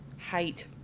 height